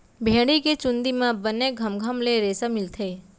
भेड़ी के चूंदी म बने घमघम ले रेसा मिलथे